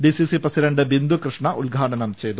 D C C president Bindu Krishna ഉദ്ഘാടനം ചെയ്തു